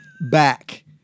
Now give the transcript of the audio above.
back